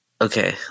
okay